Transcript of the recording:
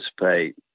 participate